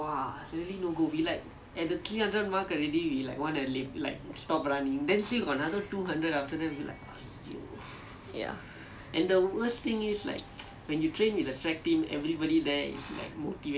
ya